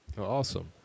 Awesome